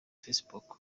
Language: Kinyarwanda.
facebook